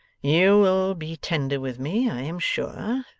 you will be tender with me, i am sure.